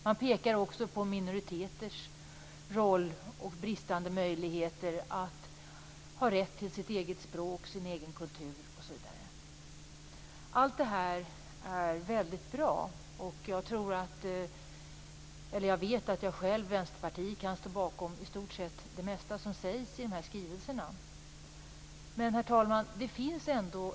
Man pekar också på minoriteters roll och bristande möjligheter att ha rätt till sitt eget språk, sin egen kultur osv. Allt det här är väldigt bra, och jag vet att jag själv och Vänsterpartiet kan stå bakom i stort sett det mesta som framhålls i de här skrivelserna. Herr talman!